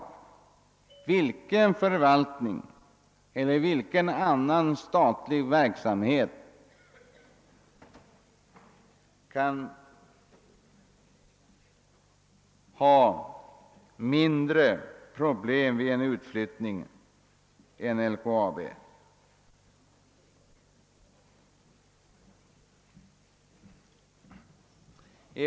Vilket företag och vilken statlig verksamhet kan ha mindre problem vid en utflyttning än LKAB?